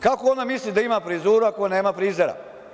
Kako ona misli da ima frizuru ako nema frizera?